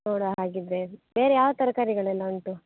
ನೋಡುವ ಹಾಗಿದ್ದರೆ ಬೇರೆ ಯಾವ ತರಕಾರಿಗಳೆಲ್ಲ ಉಂಟು